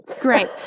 Great